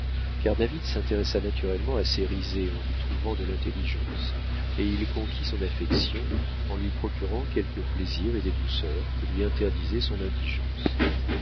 car david s'intéressa naturellement à cérizet en lui trouvant de l'intelligence et il conquit son affection en lui procurant quelques plaisirs et des douceurs que lui interdisait son indigence